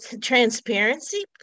transparency